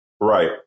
Right